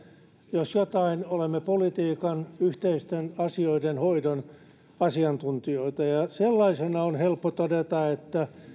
jos jotain olemme politiikan yhteisten asioiden hoidon asiantuntijoita ja ja sellaisena on helppo todeta että